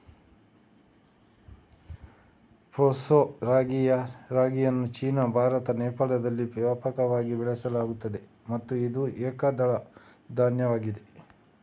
proso ರಾಗಿಯನ್ನು China, Bharat, ನೇಪಾಳದಲ್ಲಿ ವ್ಯಾಪಕವಾಗಿ ಬೆಳೆಸಲಾಗುತ್ತದೆ ಮತ್ತು ಇದು ಏಕದಳ ಧಾನ್ಯವಾಗಿದೆ